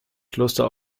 kloster